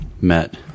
met